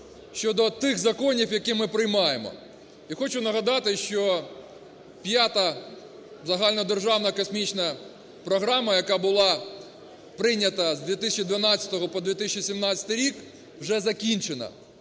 щодо тих законів, які ми приймаємо. І хочу нагадати, що п'ята загальнодержавна космічна програма, яка була прийнята з 2012-го по 2017 роки вже закінчена.